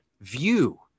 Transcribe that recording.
view